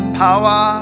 power